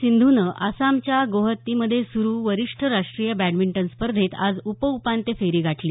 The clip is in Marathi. सिंधूनं आसामच्या गोहत्तीमध्ये सुरू वरिष्ठ राष्ट्रीय बॅडमिंटन स्पर्धेत आज उपउपांत्य फेरी गाठली